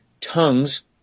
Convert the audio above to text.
Tongues